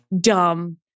dumb